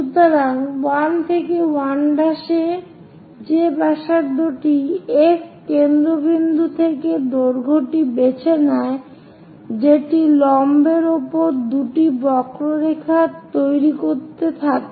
সুতরাং 1 থেকে 1 যে ব্যাসার্ধটি F কেন্দ্রবিন্দু থেকে দৈর্ঘ্যটি বেছে নেয় যেটি লম্বের উপর দুটি বক্ররেখা তৈরি করে থাকে